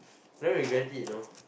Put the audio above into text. never regret it you know